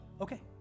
Okay